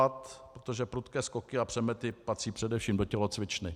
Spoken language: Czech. Protože prudké skoky a přemety patří především do tělocvičny.